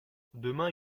demain